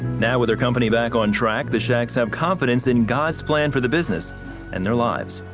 now with a company back on track, they have confidence in god's plan for the business and their lives.